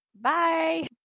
Bye